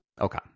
okay